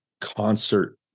concert